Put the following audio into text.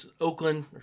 Oakland